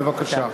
בבקשה.